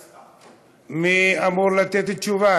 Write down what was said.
מי אמור לתת תשובה?